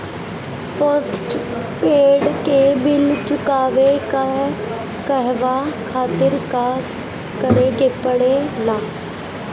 Postpaid के bill चुकावे के कहवा खातिर का करे के पड़ें ला?